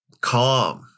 calm